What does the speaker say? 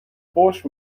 فحش